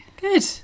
good